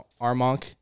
Armonk